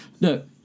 look